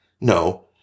No